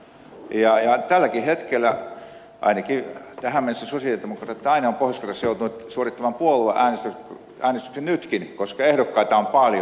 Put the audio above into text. ainakin tähän mennessä sosialidemokraatit aina ovat pohjois karjalassa joutuneet suorittamaan puolueäänestyksen ja niin joutuvat nytkin koska ehdokkaita on paljon